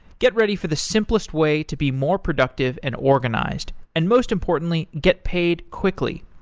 get ready for the simplest way to be more productive and organized. and most importantly, get paid quickly.